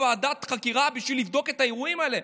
ועדת חקירה בשביל לבדוק את האירועים האלה,